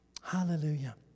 Hallelujah